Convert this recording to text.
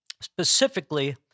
Specifically